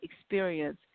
experience